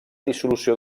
dissolució